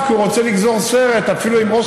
תודה רבה, אדוני